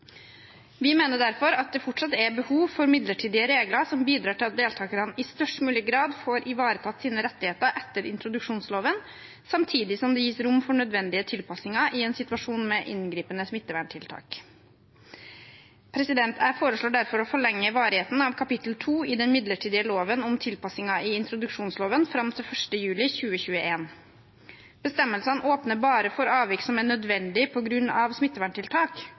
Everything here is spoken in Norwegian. Vi mener derfor at det fortsatt er behov for midlertidige regler som bidrar til at deltakerne i størst mulig grad får ivaretatt sine rettigheter etter introduksjonsloven, samtidig som det gis rom for nødvendige tilpasninger til en situasjon med inngripende smitteverntiltak. Jeg foreslår derfor å forlenge varigheten av kapittel 2 i den midlertidige loven om tilpasninger i introduksjonsloven fram til 1. juli 2021. Bestemmelsene åpner bare for avvik som er nødvendige på grunn av smitteverntiltak,